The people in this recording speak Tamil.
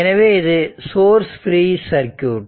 எனவே இது சோர்ஸ் ஃப்ரீ சர்க்யூட்